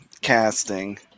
casting